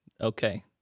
okay